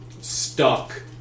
stuck